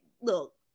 look